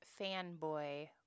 fanboy